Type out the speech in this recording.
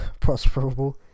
prosperable